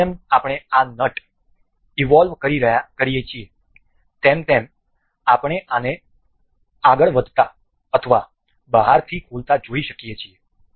તેથી જેમ જેમ આપણે આ નટ ઈવોલ્વ કરીએ છીએ તેમ તેમ આપણે આને આગળ વધતા અથવા બહારથી ખોલતા જોઈ શકીએ છીએ